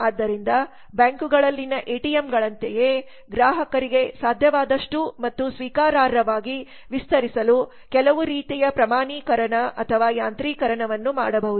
ಆದ್ದರಿಂದ ಬ್ಯಾಂಕುಗಳಲ್ಲಿನ ಎಟಿಎಂಗಳಂತೆಯೇ ಗ್ರಾಹಕರಿಗೆ ಸಾಧ್ಯವಾದಷ್ಟು ಮತ್ತು ಸ್ವೀಕಾರಾರ್ಹವಾಗಿ ವಿಸ್ತರಿಸಲು ಕೆಲವು ರೀತಿಯ ಪ್ರಮಾಣೀಕರಣ ಅಥವಾ ಯಾಂತ್ರೀಕರಣವನ್ನು ಮಾಡಬಹುದು